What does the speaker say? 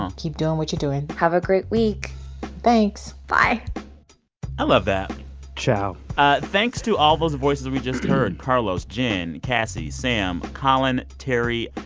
keep doing what you're doing have a great week thanks bye i love that ciao thanks to all those voices we just heard carlos, jen, cassie, sam, colin, terry,